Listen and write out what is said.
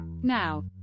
Now